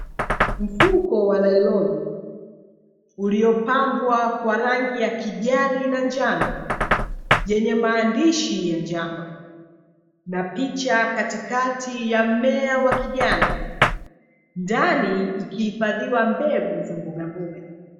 Mfuko wa nailoni uliopambwa kwa rangi ya kijani na njano, yenye maandishi ya njano na picha katikati ya mmea wa kijani, ndani ikihifadhiwa mbegu za mbogamboga.